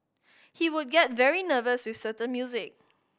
he would get very nervous with certain music